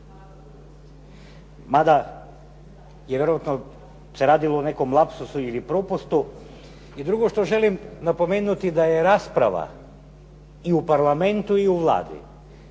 Mada se vjerojatno radilo o nekom lapsusu ili propustu. I drugo što želim napomenuti da je rasprava i u parlamentu i u vladi,